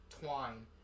twine